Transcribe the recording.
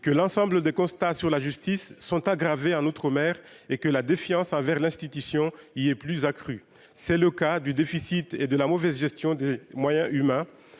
que l'ensemble des constats sur la justice sont aggravées, un autre et que la défiance envers l'institution, il est plus accrue, c'est le cas du déficit et de la mauvaise gestion des moyens humains